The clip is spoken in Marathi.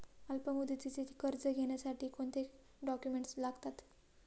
अल्पमुदतीचे कर्ज घेण्यासाठी कोणते डॉक्युमेंट्स लागतात?